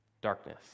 darkness